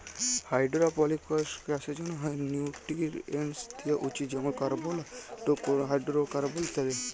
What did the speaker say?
hydroponics চাষের জ্যনহে nutrients দিয়া উচিত যেমল কার্বল, হাইডোরোকার্বল ইত্যাদি